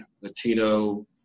Latino